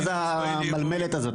מה זה המלמלת הזאת,